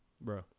bro